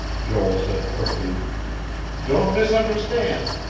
joel said quickly don't misunderstand.